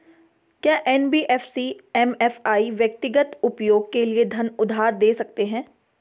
क्या NBFC MFI व्यक्तिगत उपयोग के लिए धन उधार दें सकते हैं?